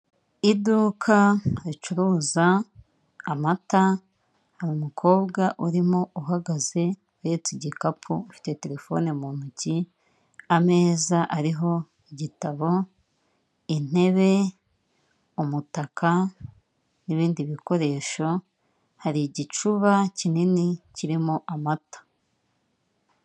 Iduka ricuruza amata, hari umukobwa urimo uhagaze uhetse igikapu ufite terefone mu ntoki. Ameza ariho igitabo intebe, umutaka n'ibindi bikoresho hari igicuba kinini kirimo amata.